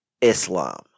Islam